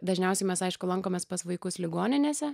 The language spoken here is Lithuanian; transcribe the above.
dažniausiai mes aišku lankomės pas vaikus ligoninėse